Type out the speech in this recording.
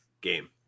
game